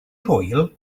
hwyl